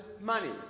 money